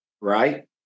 right